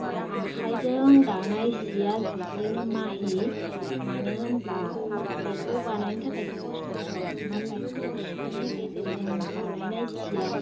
आखाइजों दानाय सिया जोबोरैनो माहि मानो होनब्ला बेखौ बानायनो थाखाइ खस्थ' दं नाथाइ खस्थ'नि गेजेरजों बानायनाय सिया